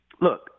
look